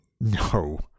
No